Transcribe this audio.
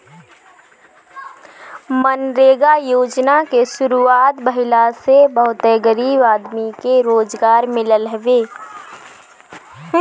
मनरेगा योजना के शुरुआत भईला से बहुते गरीब आदमी के रोजगार मिलल हवे